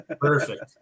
Perfect